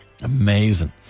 Amazing